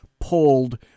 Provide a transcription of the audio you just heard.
pulled